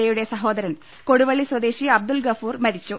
എയുടെ സഹോദരൻ കൊടുവള്ളി സ്വദേശി കാരാട്ട് അബ്ദുൾ ഗഫൂർ മരിച്ചു